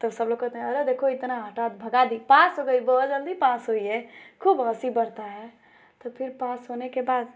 सबलोग कहते हैं अरे देखो इतना हटा भगा दी पास हो गई बहुत जल्दी पास हुई है खूब हँसी बढ़ती है तो फिर पास होने के बाद